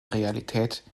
realität